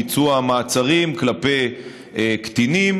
ביצוע מעצרים של קטינים,